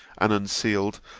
and unsealed,